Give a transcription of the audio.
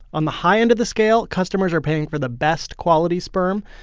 on the high end of the scale, customers are paying for the best quality sperm.